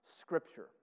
Scripture